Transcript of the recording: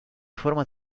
forma